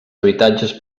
habitatges